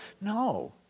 No